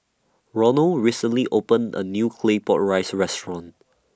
Ronal recently opened A New Claypot Rice Restaurant